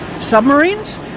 submarines